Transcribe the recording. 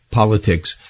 politics